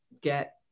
get